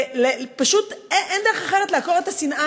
פשוט אין דרך אחרת לעקור את השנאה.